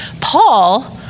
Paul